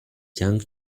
young